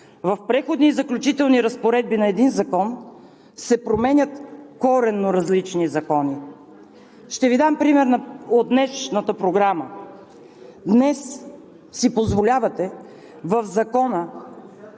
в Преходните и заключителни разпоредби на един закон се променят коренно различни закони. Ще Ви дам пример от днешната програма. Днес си позволявате в Закона